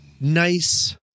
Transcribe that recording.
nice